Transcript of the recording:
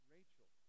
Rachel